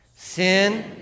sin